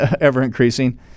ever-increasing